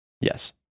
Yes